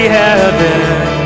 heaven